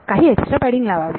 काही extra padding लावावे